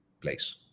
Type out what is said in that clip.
place